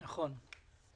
נכון.